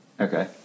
Okay